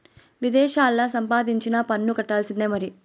విదేశాల్లా సంపాదించినా పన్ను కట్టాల్సిందే మరి